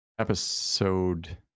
episode